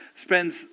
spends